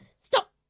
Stop